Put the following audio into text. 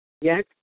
Yes